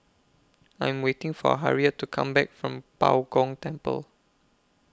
I Am waiting For Harriet to Come Back from Bao Gong Temple